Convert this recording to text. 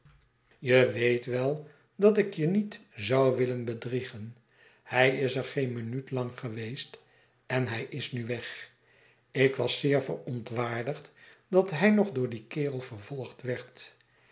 je weet wel dat ik je niet zou willen bedriegen hij is er geen minuut lang geweest en hij is nu weg ik was zeer verontwaardigd dat zij nog door dien kerel vervolgd